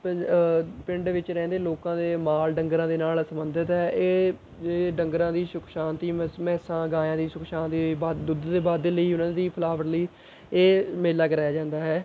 ਪੰ ਪਿੰਡ ਵਿੱਚ ਰਹਿੰਦੇ ਲੋਕਾਂ ਦੇ ਮਾਲ ਡੰਗਰਾ ਦੇ ਨਾਲ਼ ਸੰਬੰਧਿਤ ਹੈ ਇਹ ਇਹ ਡੰਗਰਾ ਦੀ ਸੁੱਖ ਸ਼ਾਂਤੀ ਮੈਸ ਮੈਸਾਂ ਗਾਇਆਂ ਦੀ ਸੁੱਖ ਸ਼ਾਂਤੀ ਵਾਧ ਦੁੱਧ ਦੇ ਵਾਧੇ ਲਈ ਉਨ੍ਹਾਂ ਦੀ ਫੁਲਾਵਟ ਲਈ ਇਹ ਮੇਲਾ ਕਰਵਾਇਆ ਜਾਂਦਾ ਹੈ